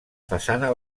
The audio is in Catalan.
façana